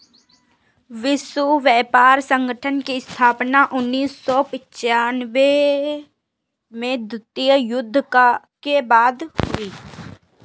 विश्व व्यापार संगठन की स्थापना उन्नीस सौ पिच्यानबें में द्वितीय विश्व युद्ध के बाद हुई